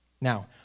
Now